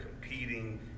competing